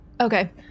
Okay